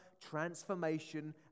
transformation